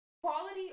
Quality